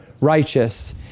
righteous